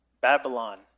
Babylon